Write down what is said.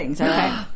Okay